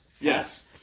Yes